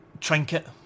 trinket